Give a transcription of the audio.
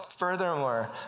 Furthermore